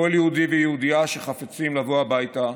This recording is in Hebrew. כל יהודי ויהודייה שחפצים לבוא הביתה,